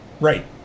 right